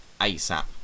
ASAP